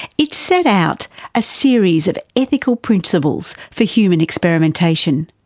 it set out a series of ethical principles for human experimentation.